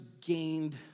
gained